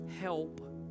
help